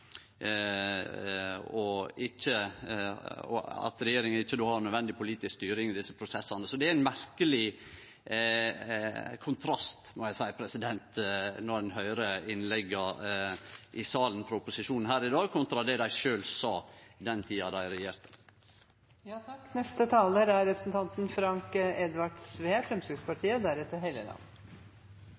at regjeringa ikkje har nødvendig politisk styring i desse prosessane. Så det er ein merkeleg kontrast, må eg seie, når ein høyrer innlegga i salen frå opposisjonen her i dag kontra det dei sjølve sa den tida dei